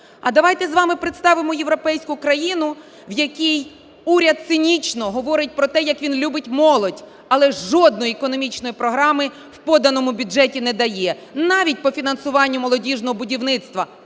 А давайте з вами представимо європейську країну, в якій уряд цинічно говорить про те, як він любить молодь, але жодної економічної програми в поданому бюджеті не дає, навіть по фінансуванню молодіжного будівництва,